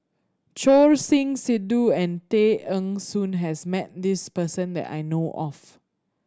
Choor Singh Sidhu and Tay Eng Soon has met this person that I know of